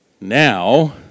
Now